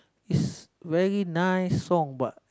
is very nice song but